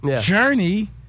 journey